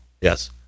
Yes